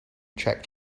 checked